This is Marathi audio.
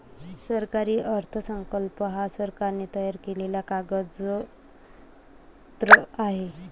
सरकारी अर्थसंकल्प हा सरकारने तयार केलेला कागदजत्र आहे